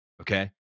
Okay